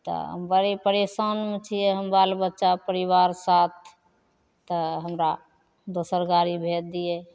तऽ हम बड़ी परेशानमे छिए हम बाल बच्चा परिवार साथ तऽ हमरा दोसर गाड़ी भेजि दिए